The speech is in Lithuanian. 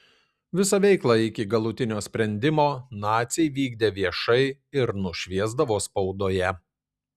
visą veiklą iki galutinio sprendimo naciai vykdė viešai ir nušviesdavo spaudoje